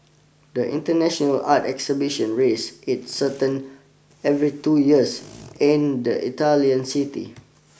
the international art exhibition raise its certain every two years in the Italian city